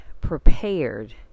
prepared